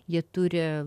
jie turi